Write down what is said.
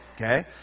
okay